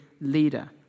leader